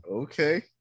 okay